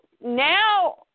now